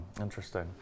interesting